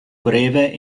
breve